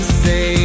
say